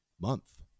month